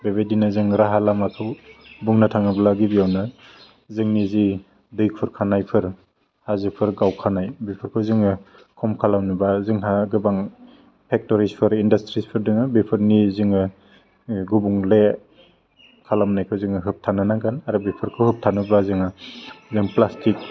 बेबायदिनो जों राहा लामाखौ बुंनो थाङोब्ला गिबियावनो जोंनि जि दै खुरखानायफोर हाजोफोर गावखानाय बेफोरखौ जोङो खम खालामनोब्ला जोंहा गोबां पेक्टरिस इन्डास्ट्रि फोर दोङ बेफोरनि जोङो गुबुंले खालामनायखौ जोङो होबथानो नांगोन आरो बेफोरखौ होबथानोब्ला जोङो मेन प्लास्टिक